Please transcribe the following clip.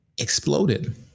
exploded